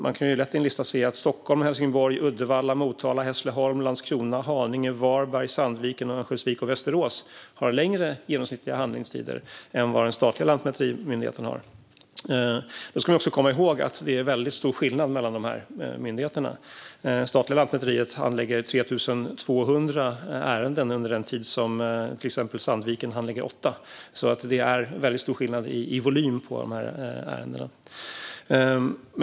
Man kan lätt i en lista se att Stockholm, Helsingborg, Uddevalla, Motala, Hässleholm, Landskrona, Haninge, Varberg, Sandviken, Örnsköldsvik och Västerås har längre genomsnittliga handläggningstider än vad den statliga lantmäterimyndigheten har. Då ska man också komma ihåg att det är en väldigt stor skillnad mellan dessa myndigheter. Statliga Lantmäteriet handlägger 3 200 ärenden under den tid som till exempel Sandviken handlägger 8. Det är alltså en väldigt stor skillnad i volym i fråga om dessa ärenden.